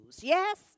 yes